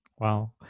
Wow